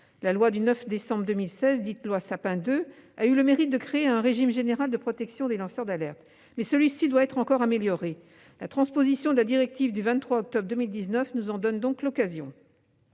La loi du 9 décembre 2016, dite Sapin II, a eu le mérite de créer un régime général de protection des lanceurs d'alerte. Mais celui-ci doit encore être amélioré. La transposition de la directive du 23 octobre 2019 nous en donne l'occasion.